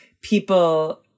people